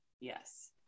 yes